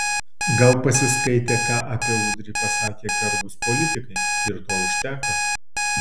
gal pasiskaitė ką apie udrį pasakė garbūs politikai ir to užteko